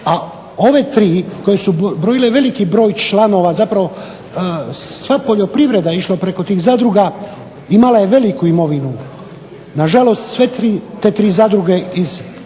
a ove tri koje su brojile veliki broj članova zapravo sva poljoprivreda je išla preko tih zadruga imala je veliku imovinu. Nažalost sve tri zadruge iz Trogira